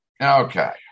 Okay